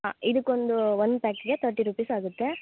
ಹಾಂ ಇದಕ್ಕೊಂದೂ ಒಂದು ಪ್ಯಾಕಿಗೆ ತರ್ಟಿ ರುಪೀಸ್ ಆಗುತ್ತೆ